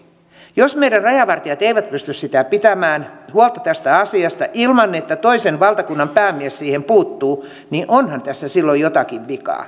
jos meidän rajavartijamme eivät pysty pitämään huolta tästä asiasta ilman että toisen valtakunnan päämies siihen puuttuu niin onhan tässä silloin jotakin vikaa